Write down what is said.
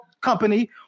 company